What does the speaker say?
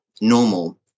normal